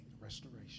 Restoration